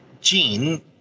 Gene